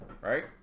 right